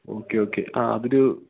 okay okay ആ അതൊരു